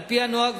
על-פי הנוהג,